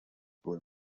wurde